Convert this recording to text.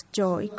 joy